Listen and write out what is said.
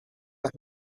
las